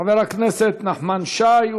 חבר הכנסת נחמן שי,